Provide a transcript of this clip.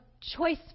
choice